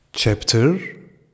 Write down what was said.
Chapter